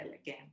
again